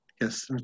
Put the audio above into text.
yes